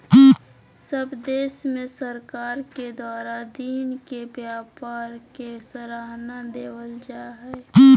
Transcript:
सब देश में सरकार के द्वारा दिन के व्यापार के सराहना देवल जा हइ